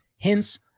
hence